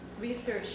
research